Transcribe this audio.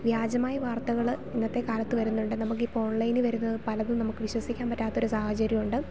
വ്യാജമായ വാർത്തകൾ ഇന്നത്തെ കാലത്ത് വരുന്നുണ്ട് നമുക്ക് ഇപ്പോൾ ഓൺളൈനി വരുന്നത് പലതും നമുക്ക് വിശ്വസിക്കാൻ പറ്റാത്തൊരു സാഹചര്യം ഉണ്ട്